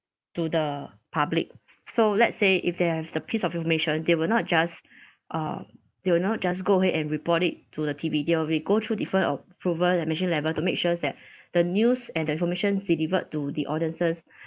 to the public so let's say if they have the piece of information they will not just uh they will not just go ahead and report it to the T_V they will be go through different approval and management level to make sure that the news and the information delivered to the audiences